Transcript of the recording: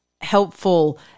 helpful